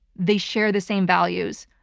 they share the same values.